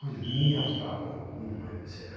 ꯑꯩꯈꯣꯏꯅ ꯃꯤ ꯌꯥꯝ ꯇꯥꯕ ꯃꯐꯝ ꯍꯥꯏꯕꯁꯦ